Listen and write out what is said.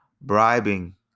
bribing